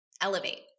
Elevate